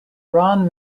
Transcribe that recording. ron